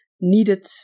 needed